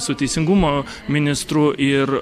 su teisingumo ministru ir